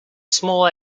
small